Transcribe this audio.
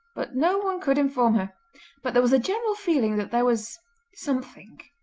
but no one could inform her but there was a general feeling that there was something,